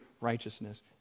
righteousness